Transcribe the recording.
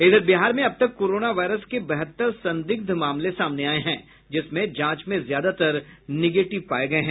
इधर बिहार में अब तक कोरोना वायरस के बहत्तर संदिग्ध मामले सामने आये हैं जिसमें जांच में ज्यादातर निगेटिव पाये गये हैं